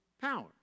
Power